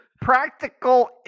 Practical